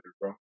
bro